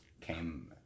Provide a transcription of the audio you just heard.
came